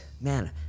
man